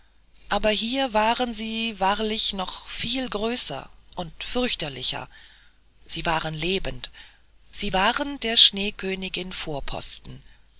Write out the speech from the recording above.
aber hier waren sie wahrlich noch viel größer und fürchterlicher sie waren lebend sie waren der schneekönigin vorposten